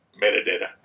Metadata